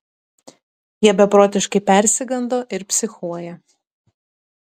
jie beprotiškai persigando ir psichuoja